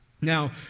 Now